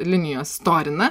linijos storina